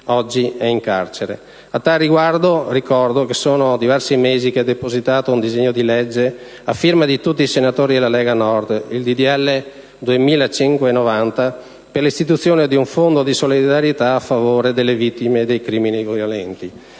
oggi è in carcere. Al tal riguardo, ricordo che da diversi mesi è depositato un disegno di legge a firma di tutti i senatori della Lega Nord, il n. 2590, per l'istituzione di un fondo di solidarietà a favore delle vittime dei crimini violenti.